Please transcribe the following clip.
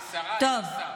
היא שרה, היא